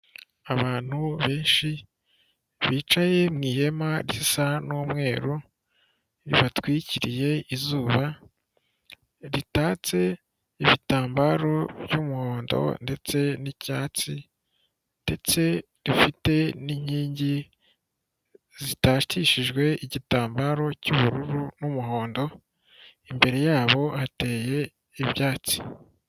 Abantu benshi bicaye mu ihema risa n'umweru ribatwikiriye izuba, ritatse ibitambaro by'umuhondo ndetse n'icyatsi ndetse rifite n'inkingi zitakishijwe igitambaro cy'ubururu n'umuhondo, imbere yabo hateye ibyatsi.